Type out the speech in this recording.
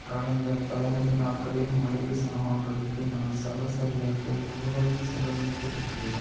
கடந்த பதினைந்து நாட்களில் மளிகை சாமான்களுக்கு நான் சராசரியாக எவ்வளவு செலவழித்து இருக்கிறேன்